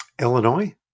Illinois